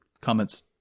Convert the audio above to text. comments